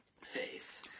face